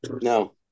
No